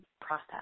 process